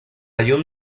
llum